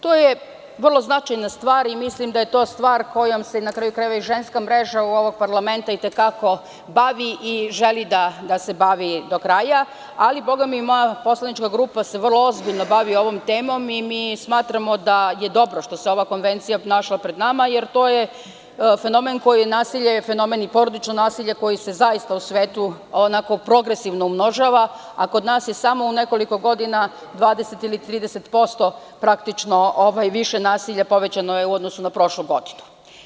To je vrlo značajna stvar i mislim da je to stvar kojom se i ženska mreža ovog parlamenta i te kako bavi i želi da se bavi do kraja, ali moja poslanička grupa se vrlo ozbiljno bavi ovom temom i smatramo da je dobro što se ova konvencija našla pred nama, jer se fenomen nasilja i porodičnog nasilja zaista progresivno umnožava, a kod nas je samo u nekoliko godina 20% ili 30% više nasilja, povećano u odnosu na prošlu godinu.